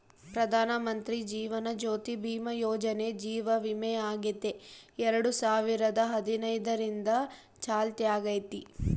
ಪ್ರಧಾನಮಂತ್ರಿ ಜೀವನ ಜ್ಯೋತಿ ಭೀಮಾ ಯೋಜನೆ ಜೀವ ವಿಮೆಯಾಗೆತೆ ಎರಡು ಸಾವಿರದ ಹದಿನೈದರಿಂದ ಚಾಲ್ತ್ಯಾಗೈತೆ